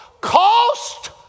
cost